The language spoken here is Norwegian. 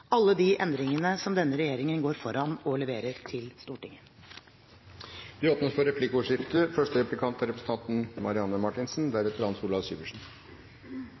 alle de endringene der denne regjeringen går foran og leverer til Stortinget. Det blir replikkordskifte.